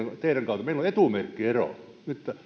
teidän kanssanne meillä on etumerkkiero